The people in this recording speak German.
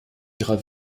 ihrer